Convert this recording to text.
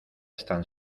están